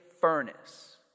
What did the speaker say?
furnace